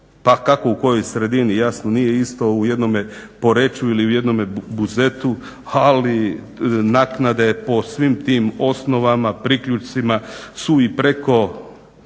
pa kako u kojoj sredini, jasno nije isto u jednome Poreču ili u jednom Buzetu ali naknade po svim tim osnovama, priključcima su i preko